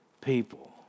people